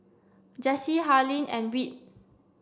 Jessye Harlene and Whit